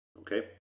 okay